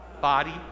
body